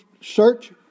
search